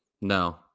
No